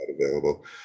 available